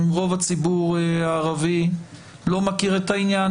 אם רוב הציבור הערבי לא מכיר את העניין,